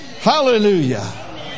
Hallelujah